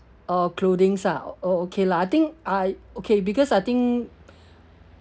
oh clothings ah oh okay lah I think I okay because I think